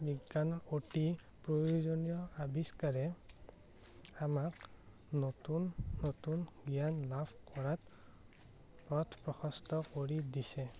বিজ্ঞান অতি প্ৰয়োজনীয় আৱিষ্কাৰে আমাক নতুন নতুন জ্ঞান লাভ কৰাত পথ প্ৰশস্ত কৰি দিছে